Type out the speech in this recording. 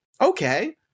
okay